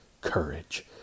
courage